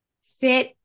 Sit